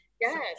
Yes